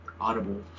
audible